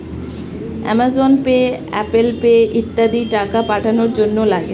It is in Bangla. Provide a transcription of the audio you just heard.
অ্যামাজন পে, অ্যাপেল পে ইত্যাদি টাকা পাঠানোর জন্যে লাগে